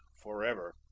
forever.